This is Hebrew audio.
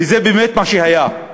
וזה באמת מה שהיה.